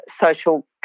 social